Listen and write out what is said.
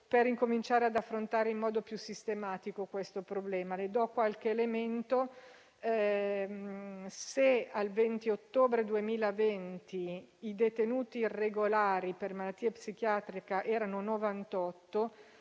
per cominciare ad affrontare in modo più sistematico questo problema. Le do qualche elemento. Se al 28 ottobre 2020 i detenuti irregolari per malattia psichiatrica erano 98,